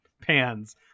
pans